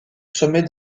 sommet